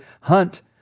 hunt